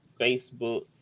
Facebook